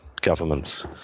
governments